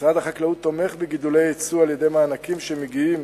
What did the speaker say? משרד החקלאות תומך בגידולי יצוא על-ידי מענקים שמגיעים